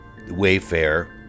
Wayfair